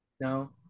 No